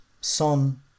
Son